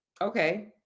okay